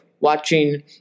watching